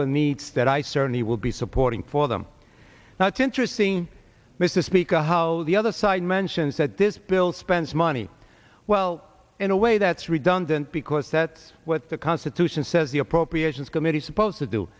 the needs that i certainly will be supporting for them now it's interesting mr speaker how the other side mentions that this bill spends money well in a way that's redundant because that's what the constitution says the appropriations committee supposed to do